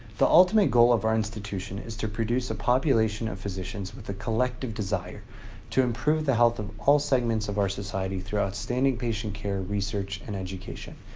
the ultimate goal of our institution is to produce a population of physicians with a collective desire to improve the health of all segments of our society through outstanding patient care, research, and education.